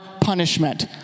punishment